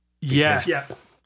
Yes